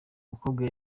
mukobwa